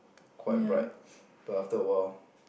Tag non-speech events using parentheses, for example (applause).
quite bright (noise) but after a while